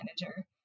manager